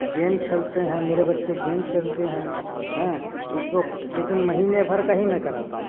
game खेलते हैं मेरे बच्चे गेम खेलते हैं इसको लेकिन महीने भर का ही मैं कराता हूँ